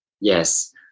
Yes